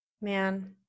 man